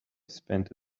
spent